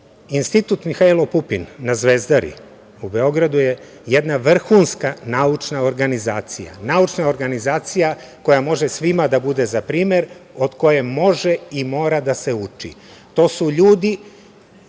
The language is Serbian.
Teslu. Institut „Mihajlo Pupin“ na Zvezdari u Beogradu je jedna vrhunska naučna organizacija, naučna organizacija koja može svima da bude za primer, od koje može i mora da se uči. To su ljudi